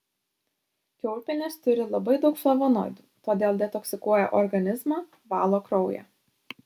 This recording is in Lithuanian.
kiaulpienės turi labai daug flavonoidų todėl detoksikuoja organizmą valo kraują